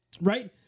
right